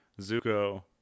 Zuko